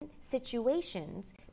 situations